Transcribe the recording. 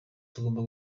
tugomba